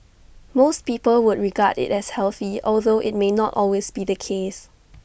most people would regard IT as healthy although IT may not always be the case